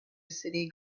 city